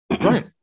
Right